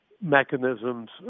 mechanisms